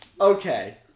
Okay